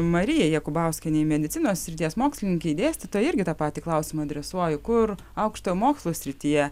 marijai jakubauskienei medicinos srities mokslininkei dėstytojai irgi tą patį klausimą adresuoju kur aukštojo mokslo srityje